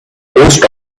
post